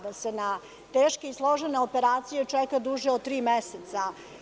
Da se na teške i složene operacije čeka duže od tri meseca.